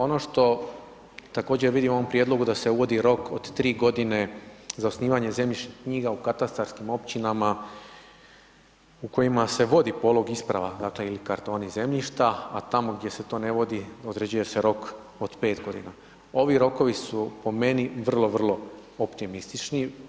Ono što također vidimo u ovom prijedlogu da se uvodi rok od 3 g. za osnivanje zemljišnih knjiga u katastarskih općinama u kojima se vodi polog isprava … kartoni zemljišta, a tamo gdje se to ne vodi, određuje se rok od 5 g. Ovi rokovi su po meni vrlo, vrlo optimistični.